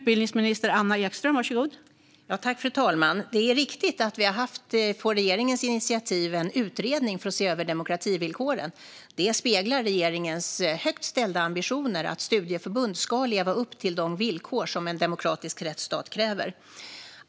Fru talman! Det är riktigt att vi på regeringens initiativ har haft en utredning som för att se över demokrativillkoren. Det speglar regeringens högt ställda ambitioner att studieförbund ska leva upp till de villkor som en demokratisk rättsstat kräver.